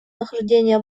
нахождения